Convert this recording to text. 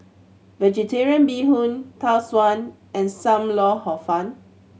Vegetarian Bee Hoon Tau Suan and Sam Lau Hor Fun